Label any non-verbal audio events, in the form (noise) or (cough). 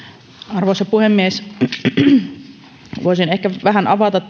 arvoisa puhemies voisin ehkä vähän avata (unintelligible)